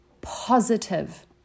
positive